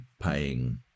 paying